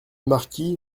marquis